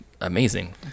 amazing